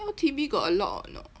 L_T_B go a lot or not